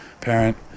parent